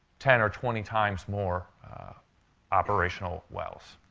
ten or twenty times more operational wells.